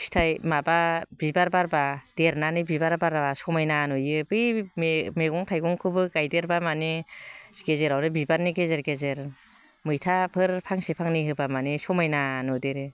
फिथाइ माबा बिबार बारोबा देरनानै बिबार बारोबा समायना नुयो बे मैगं थाइगंखौबो गायदेरबा माने गेजेरावनो बिबारनि गेजेर गेजेर मैथाफोर फांसे फांनै होबा माने समायना नुदेरो